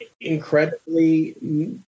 incredibly